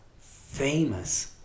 famous